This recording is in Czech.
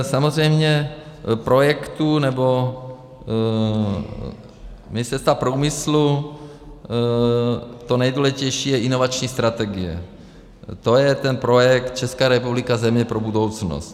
Samozřejmě v rámci projektu nebo Ministerstva průmyslu to nejdůležitější je inovační strategie, to je ten projekt Česká republika země pro budoucnost.